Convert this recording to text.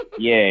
Yay